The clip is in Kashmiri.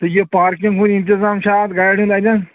تہٕ یہِ پارکِنٛگ ہُنٛد انتظام چھا اَتھ گاڑِ ہُنٛد اَتٮ۪ن